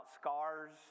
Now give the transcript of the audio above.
scars